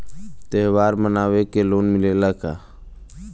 त्योहार मनावे के लोन मिलेला का?